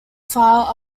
file